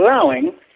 allowing